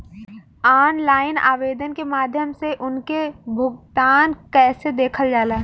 Online आवेदन के माध्यम से उनके भुगतान कैसे देखल जाला?